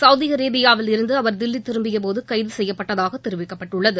Saudi அரேபியாவில் இருந்து அவர் தில்லி திரும்பியபோது கைது செய்யப்பட்டதாக தெரிவிக்கப்பட்டுள்ளது